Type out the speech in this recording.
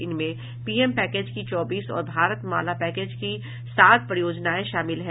इनमें PM package की चौबीस और भारत माला पैकेज की सात परियोजनाएं शामिल हैं